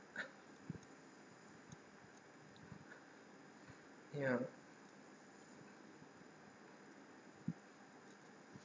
ya